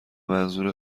منظور